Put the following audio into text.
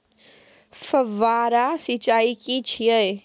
फव्वारा सिंचाई की छिये?